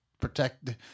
protect